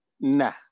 Nah